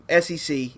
SEC